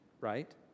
right